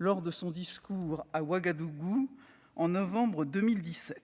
lors de son discours prononcé à Ouagadougou en novembre 2017